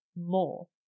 more